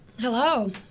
Hello